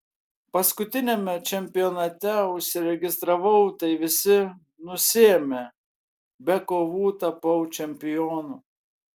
paskutiniame čempionate užsiregistravau tai visi nusiėmė be kovų tapau čempionu